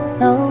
no